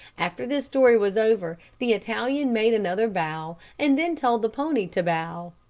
after this story was over, the italian made another bow, and then told the pony to bow.